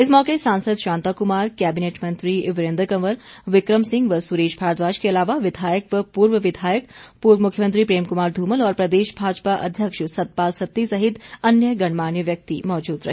इस मौके सांसद शांता कुमार कैबिनेट मंत्री वीरेन्द्र कंवर विक्रम सिंह व सुरेश भारद्वाज के अलावा विधायक व पूर्व विधायक पूर्व मुख्यमंत्री प्रेम कुमार धूमल और प्रदेश भाजपा अध्यक्ष सतपाल सत्ती सहित अन्य गणमान्य व्यक्ति मौजूद रहे